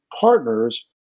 partners